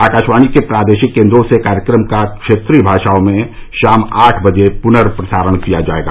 आकाशवाणी के प्रादेशिक केंद्रों से कार्यक्रम का क्षेत्रीय भाषाओं में शाम आठ बजे पुनर्प्रसारण किया जाएगा